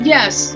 Yes